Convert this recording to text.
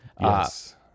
Yes